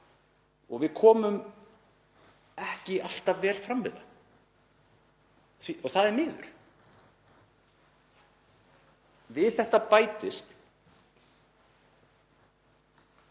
og við komum ekki alltaf vel fram við það. Það er miður. Við þetta bætist